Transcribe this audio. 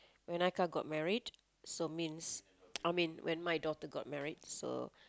when Aika got married so means I mean when my daughter got married so